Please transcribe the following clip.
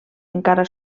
encara